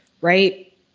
right